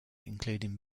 including